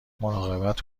مراقبت